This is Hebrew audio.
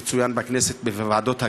שצוין בכנסת בוועדות הכנסת.